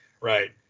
right